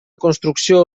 construcció